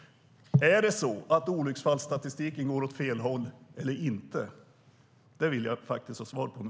Går olycksfallsstatistiken åt fel håll eller inte? Det vill jag ha svar på nu.